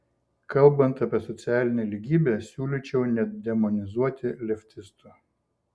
kalbant apie socialinę lygybę siūlyčiau nedemonizuoti leftistų